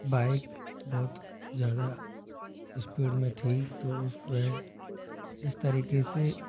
bike बहुत ज़्यादा speed में थी तो उसपे इस तरीके से